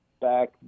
back